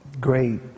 great